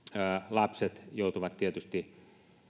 lapset joutuvat tietysti